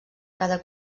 cada